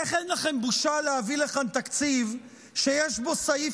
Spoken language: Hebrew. איך אין לכם בושה להביא לכאן תקציב שיש בו סעיף